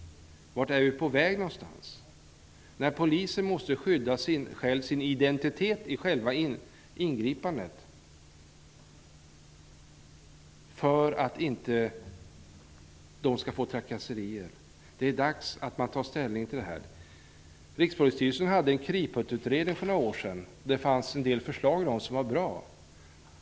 Vart är vi på väg någonstans när poliser måste skydda sin identitet vid själva ingripandet för att de inte skall bli trakasserade? Det är dags att ta ställning till detta. Rikspolisstyrelsen hade en KRIPUT-grupp som gjorde en utredning för några år sedan. Den hade en del förslag som var bra.